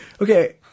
okay